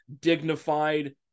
dignified